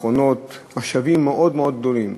משאבים מאוד מאוד גדולים.